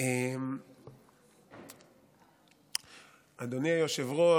אדוני היושב-ראש,